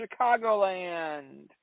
Chicagoland